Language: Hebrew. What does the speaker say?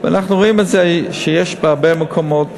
אנחנו רואים את זה בהרבה מקומות,